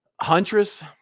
Huntress